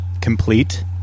complete